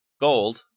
gold